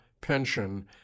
pension